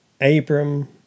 Abram